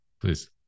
please